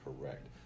correct